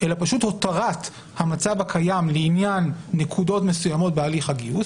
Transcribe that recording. אלא פשוט הותרת המצב הקיים לעניין נקודות מסוימות בהליך הגיוס,